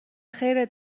خیرت